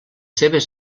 seves